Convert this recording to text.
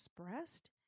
expressed